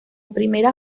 primera